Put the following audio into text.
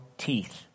Teeth